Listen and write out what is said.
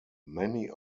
many